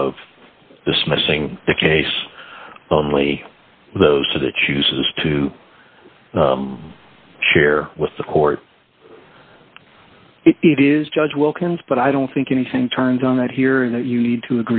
of dismissing the case only those that it chooses to share with the court it is judge wilkins but i don't think anything turns on that hearing that you need to